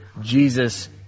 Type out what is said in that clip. Jesus